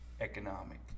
economic